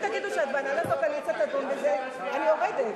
אם תגידו שהנהלת הקואליציה תדון בזה, אני יורדת.